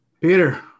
Peter